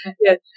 Yes